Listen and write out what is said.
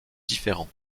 différent